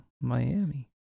Miami